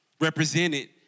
represented